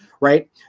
right